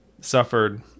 suffered